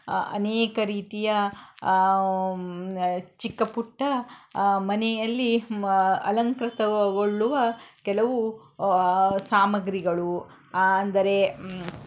ಅನೇಕ ರೀತಿಯ ಚಿಕ್ಕ ಪುಟ್ಟ ಮನೆಯಲ್ಲಿ ಅಲಂಕೃತಗೊಳ್ಳುವ ಕೆಲವು ಸಾಮಗ್ರಿಗಳು ಅಂದರೆ